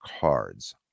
cards